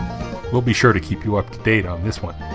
we'll be sure to keep you up to date on this one